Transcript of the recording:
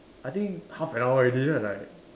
I think half an hour already then I like